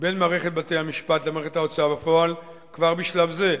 בין מערכת בתי-המשפט למערכת ההוצאה לפועל כבר בשלב זה,